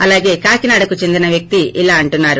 అలాగే కాకినాడకు చెందిన వ్యక్తి ఇలా అంటున్నారు